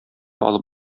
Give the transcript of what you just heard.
алып